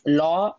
law